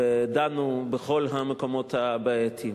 ודנו בכל המקומות הבעייתיים.